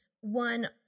one